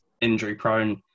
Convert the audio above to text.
injury-prone